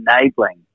enabling